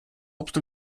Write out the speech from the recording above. obst